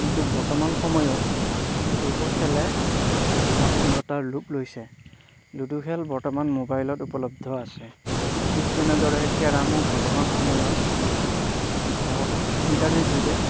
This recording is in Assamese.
কিন্তু বৰ্তমান সময়ত এইবোৰ খেলে এক আধুনিকতাৰ লুপ লৈছে লুডু খেল বৰ্তমান মোবাইলত উপলব্ধ আছে ঠিক তেনেদৰে কেৰমো বৰ্তমান সময়ত ইণ্টাৰনেট যোগে